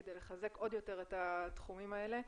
כדי לחזק עוד יותר את התחומים האלה.